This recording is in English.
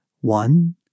One